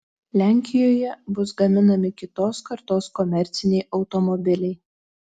lenkijoje bus gaminami kitos kartos komerciniai automobiliai